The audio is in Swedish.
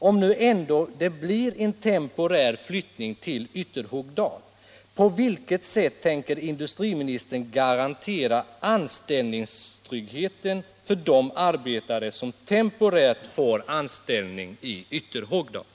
Om det ändå blir en temporär flyttning till Ytterhogdal, på vilket sätt tänker industriministern då garantera anställningstryggheten för de arbetare som temporärt får anställning i Ytterhogdal?